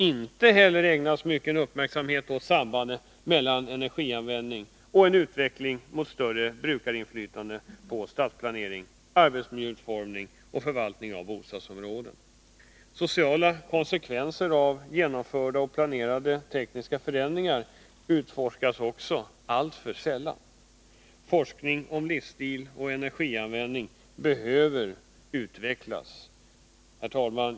Inte heller ägnas mycken uppmärksamhet åt sambandet mellan energianvändning och en utveckling mot större brukarinflytande på stadsplanering, arbetsmiljöutformning och förvaltning av bostadsområden. Även sociala konsekvenser av genomförda och planerade tekniska förändringar utforskas alltför sällan. Forskning om livsstil och energianvändning behöver också utvecklas. Herr talman!